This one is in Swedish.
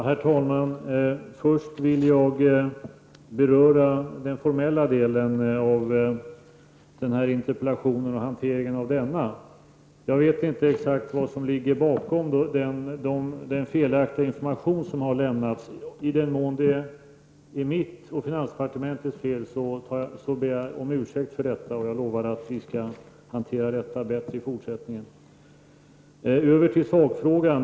Herr talman! Först vill jag beröra den formella delen, hanteringen av interpellationen. Jag vet inte exakt vad som ligger bakom den felaktiga information som har lämnats. I den mån det är mitt och finansdepartementets fel ber jag om ursäkt för detta och lovar att vi skall hantera det bättre i fortsättningen. Över till sakfrågan.